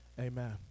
Amen